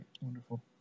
wonderful